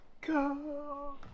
Go